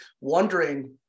wondering